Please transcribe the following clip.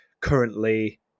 currently